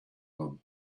them